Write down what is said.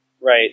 Right